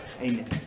Amen